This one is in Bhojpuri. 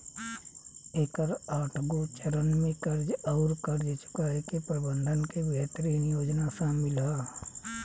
एकर आठगो चरन में कर्ज आउर कर्ज चुकाए के प्रबंधन के बेहतरीन योजना सामिल ह